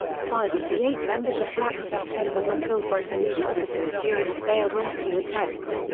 five of the eight members of black september were killed by police officers during a failed rescue attempt.